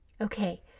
Okay